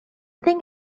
thing